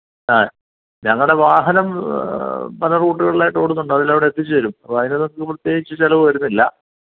ആ ഞങ്ങളുടെ വാഹനം പല റൂട്ടുകളിലായിട്ട് ഓടുന്നുണ്ട് അതിലവിടെ എത്തിച്ചേരും അപ്പോൾ അതിന് പ്രത്യേകിച്ച് ചിലവ് വരുന്നില്ല